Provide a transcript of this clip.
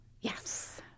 Yes